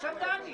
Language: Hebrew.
אז תסביר למה.